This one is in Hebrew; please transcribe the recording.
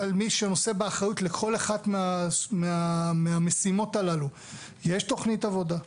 שנושא באחריות לכול אחת מהמשימות הללו יש תכנית עבודה,